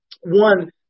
One